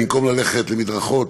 במקום ללכת למדרכות,